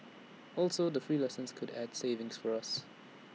also the free lessons could add savings for us